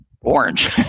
orange